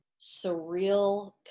surreal